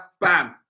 Bam